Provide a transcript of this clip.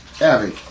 Abby